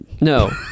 No